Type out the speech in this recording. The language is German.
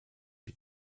die